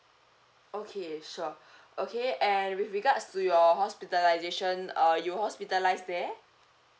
okay sure okay and with regards to your hospitalisation uh you were hospitalised there